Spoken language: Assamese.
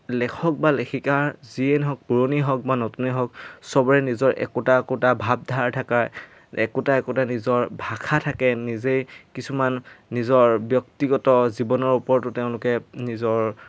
লেখক বা লেখিকাৰ যিয়েই নহওক পুৰণি হওক বা নতুনে হওক চবৰে নিজৰ একোটা একোটা ভাৱধাৰা থাকাৰ একোটা একোটা নিজৰ ভাষা থাকে নিজেই কিছুমান নিজৰ ব্যক্তিগত জীৱনৰ ওপৰতো তেওঁলোকে নিজৰ